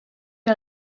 der